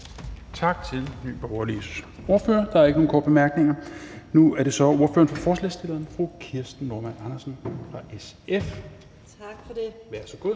Tak til Nye Borgerliges ordfører. Der er ikke nogen korte bemærkninger. Og nu er det så ordføreren for forslagsstillerne, fru Kirsten Normann Andersen fra SF. Værsgo.